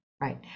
Right